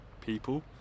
people